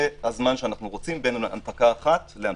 הזמן שאנחנו רוצים בין הנפקה אחת לשנייה.